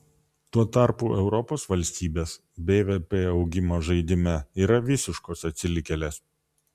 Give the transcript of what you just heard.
tuo tarpu europos valstybės bvp augimo žaidime yra visiškos atsilikėlės